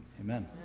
Amen